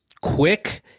quick